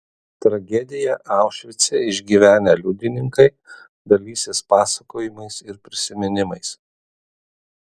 tragediją aušvice išgyvenę liudininkai dalysis pasakojimais ir prisiminimais